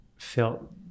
felt